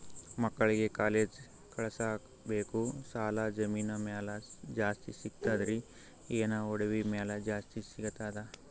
ಮಕ್ಕಳಿಗ ಕಾಲೇಜ್ ಕಳಸಬೇಕು, ಸಾಲ ಜಮೀನ ಮ್ಯಾಲ ಜಾಸ್ತಿ ಸಿಗ್ತದ್ರಿ, ಏನ ಒಡವಿ ಮ್ಯಾಲ ಜಾಸ್ತಿ ಸಿಗತದ?